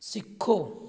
ਸਿੱਖੋ